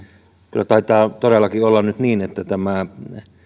kyllä taitaa todellakin olla nyt niin että tämä